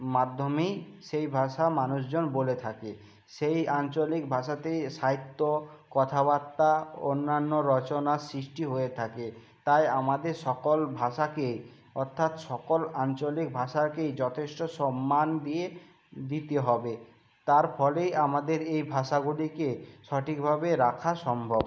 মাধ্যমেই সেই ভাষা মানুষজন বলে থাকে সেই আঞ্চলিক ভাষাতেই সাহিত্য কথাবার্তা অন্যান্য রচনার সৃষ্টি হয়ে থাকে তাই আমাদের সকল ভাষাকে অর্থাৎ সকল আঞ্চলিক ভাষাকেই যথেষ্ট সম্মান দিয়ে দিতে হবে তার ফলেই আমাদের এই ভাষাগুলিকে সঠিকভাবে রাখা সম্ভব